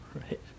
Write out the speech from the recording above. right